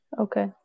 okay